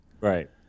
Right